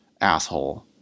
asshole